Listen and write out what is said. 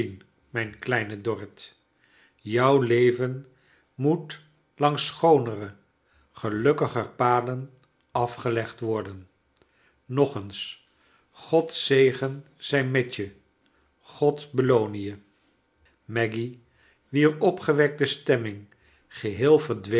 mijn kleine dorrit jou leven moet langs schoonere gelukkiger paden afgelegd worden nog eens god's zegen zij met je god beloone je maggy wier opgewekte stemming geheel verdwenen